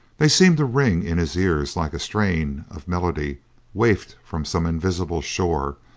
they seemed to ring in his ears like a strain of melody wafted from some invisible shore,